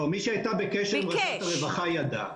לא, מי שהייתה בקשר עם רשויות הרווחה, ידעה.